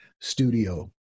studio